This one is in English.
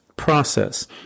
process